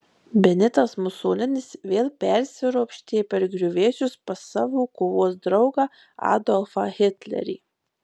benitas musolinis vėl persiropštė per griuvėsius pas savo kovos draugą adolfą hitlerį